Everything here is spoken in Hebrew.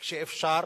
כשאפשר,